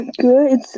good